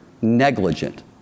negligent